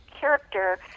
character